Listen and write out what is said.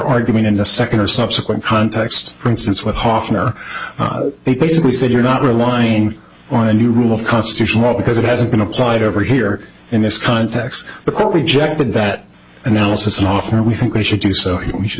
arguing in the second or subsequent context for instance with hoffner they basically said you're not relying on a new rule of constitutional law because it hasn't been applied over here in this context the court rejected that analysis and often we think we should do so we should